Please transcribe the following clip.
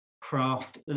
craft